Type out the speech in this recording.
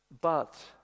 But